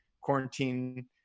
quarantine